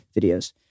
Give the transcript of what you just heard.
Videos